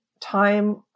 time